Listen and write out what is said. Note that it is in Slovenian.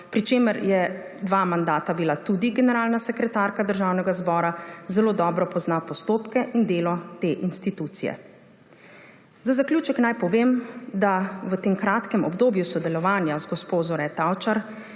pri čemer je bila dva mandata tudi generalna sekretarka Državnega zbora, zelo dobro pozna postopke in delo te institucije. Za zaključek naj povem, da lahko v tem kratkem obdobju sodelovanja z gospo Zore Tavčar